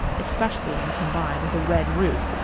especially when combined with a red roof,